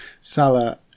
Salah